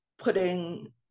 putting